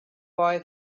boy